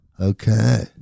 Okay